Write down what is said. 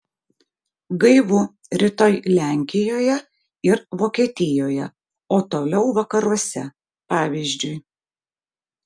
gaivu rytoj lenkijoje ir vokietijoje o toliau vakaruose pavyzdžiui